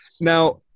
Now